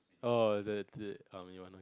oh that's it I only